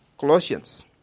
Colossians